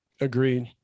Agreed